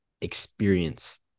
experience